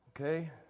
Okay